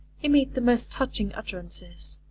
he made the most touching utterances.